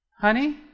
Honey